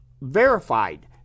verified